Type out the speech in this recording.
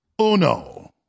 uno